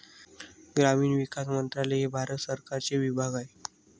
ग्रामीण विकास मंत्रालय हे भारत सरकारचे विभाग आहे